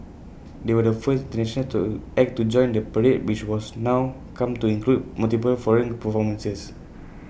they were the first to act to join the parade which was now come to include multiple foreign performances